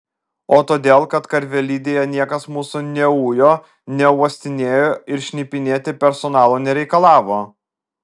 o todėl kad karvelidėje niekas mūsų neujo neuostinėjo ir šnipinėti personalo nereikalavo